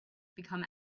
become